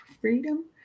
freedom